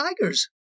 tigers